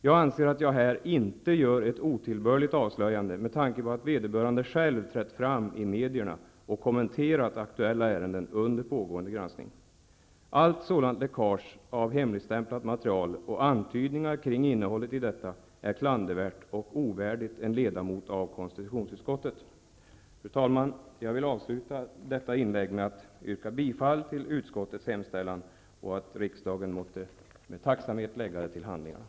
Jag anser att jag här inte gör ett otillbörligt avslöjande, med tanke på att vederbörande själv trätt fram i medierna och kommenterat aktuella ärenden under pågående granskning. Allt sådant läckage av hemligstämplat material, och antydningar kring innehållet i detta, är klandervärt och ovärdigt en ledamot av konstitutionsutskottet. Fru talman! Jag vill avsluta detta inlägg med att yrka på godkännande av utskottets anmälan -- och att riksdagen med gillande måtte lägga betänkandet till handlingarna.